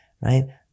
right